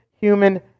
human